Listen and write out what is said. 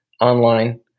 online